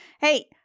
hey